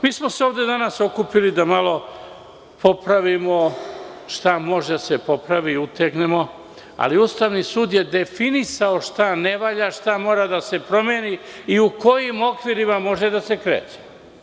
Mi smo se ovde danas okupili da malo popravimo šta može da se popravi, utegnemo, ali Ustavni sud je definisao šta ne valja, šta mora da se promeni i u kojim okvirima može da se kreće.